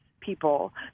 people